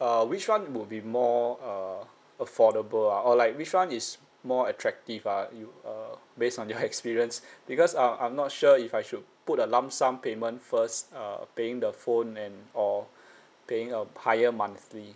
uh which one would be more uh affordable ah or like which one is more attractive ah you uh based on your experience because um I'm not sure if I should put a lump sum payment first uh paying the phone and or paying a higher monthly